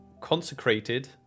consecrated